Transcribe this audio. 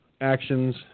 actions